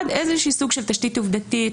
סוג של תשתית עובדתית,